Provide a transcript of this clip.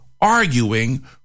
arguing